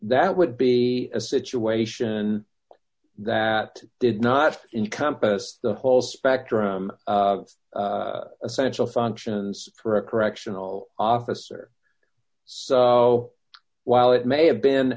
that would be a situation that did not in compass the whole spectrum of essential functions for a correctional officer so while it may have been